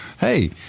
hey